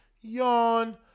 Yawn